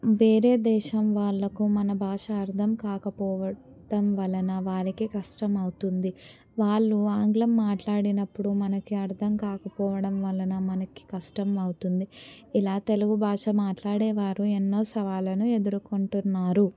వేరే దేశం వాళ్ళకు మన భాష అర్థం కాకపోవడం వలన వారికి కష్టమవుతుంది వాళ్ళు ఆంగ్లం మాట్లాడినప్పుడు మనకి అర్థం కాకపోవడం వలన మనకి కష్టం అవుతుంది ఇలా తెలుగు భాష మాట్లాడే వారు ఎన్నో సవాళ్ళను ఎదురుకొంటున్నారు